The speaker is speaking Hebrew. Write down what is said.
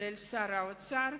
לרבות שר האוצר,